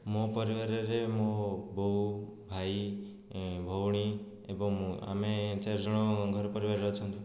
ମୋ ପରିବାରରେ ମୋ ବୋଉ ଭାଇ ଭଉଣୀ ଏବଂ ମୁଁ ଆମେ ଚାରିଜଣ ଘର ପରିବାରରେ ଅଛନ୍ତି